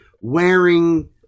wearing